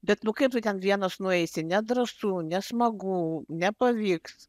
bet nu kaip tu ten vienas nueisi nedrąsų nesmagu nepavyks